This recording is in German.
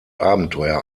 abenteuer